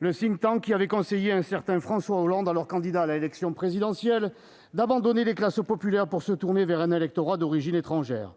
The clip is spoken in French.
le think tank qui avait conseillé à un certain François Hollande, alors candidat à l'élection présidentielle, d'abandonner les classes populaires pour se tourner vers un électorat d'origine étrangère.